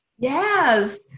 Yes